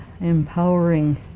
empowering